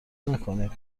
نکنید